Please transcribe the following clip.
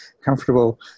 comfortable